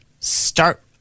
start